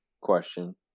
question